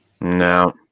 no